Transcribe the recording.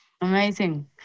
Amazing